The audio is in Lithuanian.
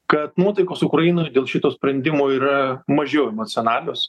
kad nuotaikos ukrainoj dėl šito sprendimo yra mažiau emocionalios